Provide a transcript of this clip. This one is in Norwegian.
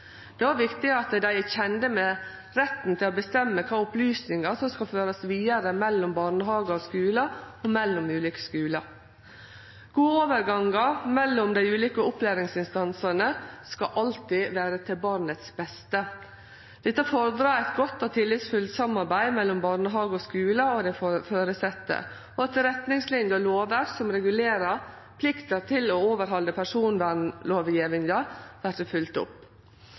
Det er òg viktig at dei er kjende med retten til å bestemme kva opplysningar som skal førast vidare mellom barnehage og skule og mellom ulike skular. Gode overgangar mellom dei ulike opplæringsinstansane skal alltid vere til barnets beste. Dette fordrar eit godt og tillitsfullt samarbeid mellom barnehage og skule og dei føresette, og at retningslinjer og lover som regulerer plikta til å overhalde personvernlovgjevinga, vert følgde opp.